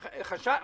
בסדר.